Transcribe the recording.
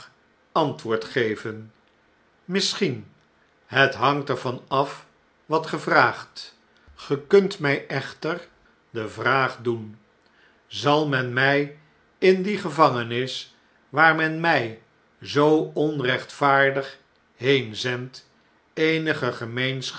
antwoord geven misschien het hangt er van af wat ge vraagt ge kunt mg echter de vraag doen zal men mij in die gevangenis waar men mij zoo onrechtvaardig heenzendt eenige